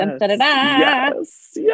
yes